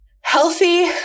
Healthy